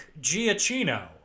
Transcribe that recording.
Giacchino